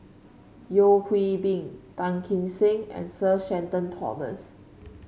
Yeo Hwee Bin Tan Kim Seng and Sir Shenton Thomas